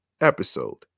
episode